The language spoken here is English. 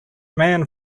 man